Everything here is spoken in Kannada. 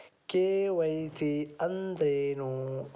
ಕೆ.ವೈ.ಸಿ ಅಂದ್ರೇನು?